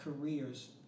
careers